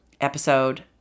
episode